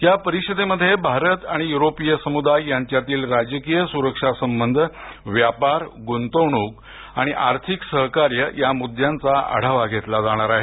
या परिषदेमध्ये भारत आणि युरोपिय समुदाय यांच्यातील राजकीय सुरक्षा संबंध व्यापार गुंतवणूक आणि आर्थिक सहकार्य या मुद्द्यांचा आढावा घेतला जाणार आहे